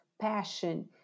passion